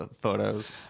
photos